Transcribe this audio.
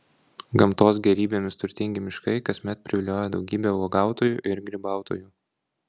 gamtos gėrybėmis turtingi miškai kasmet privilioja daugybę uogautojų ir grybautojų